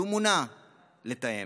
שמונה לתאם.